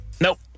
Nope